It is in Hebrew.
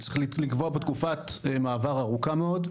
צריך לקבוע פה תקופת מעבר ארוכה מאוד.